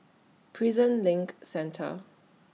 Prison LINK Centre